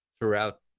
throughout